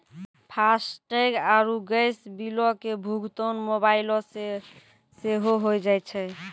FASTag आरु gas बिलो के भुगतान मोबाइलो से सेहो होय जाय छै